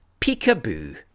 Peekaboo